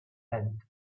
tent